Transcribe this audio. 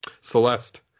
celeste